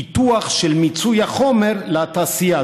פיתוח של מיצוי החומר לתעשייה.